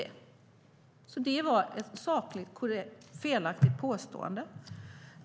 Det var ett sakligt felaktigt påstående.